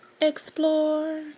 explore